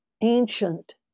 ancient